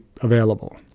available